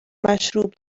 مشروب